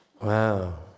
Wow